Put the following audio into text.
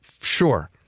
Sure